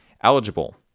eligible